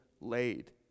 laid